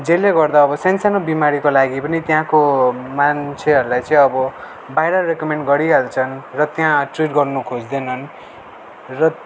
जसले गर्दा अब सानसानो बिमारीको लागि पनि त्यहाँको मान्छेहरूलाई चाहिँ अब बाहिर रेकोमेन्ड गरिहाल्छन् र त्यहाँ ट्रिट गर्नु खोज्दैनन् र